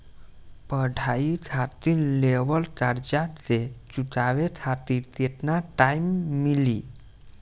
पढ़ाई खातिर लेवल कर्जा के चुकावे खातिर केतना टाइम मिली?